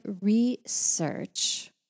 research